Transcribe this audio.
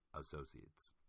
associates